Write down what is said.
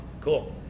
cool